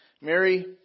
Mary